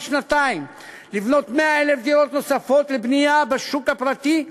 שנתיים ועל בניית 100,000 דירות נוספות בשוק הפרטי,